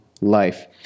life